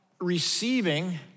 receiving